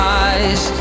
eyes